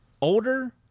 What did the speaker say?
older